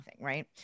Right